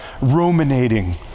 ruminating